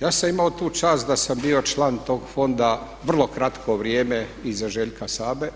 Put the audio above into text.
Ja sam imao tu čast da sam bio član tog fonda vrlo kratko vrijeme iza Željka Sabe